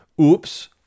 Oops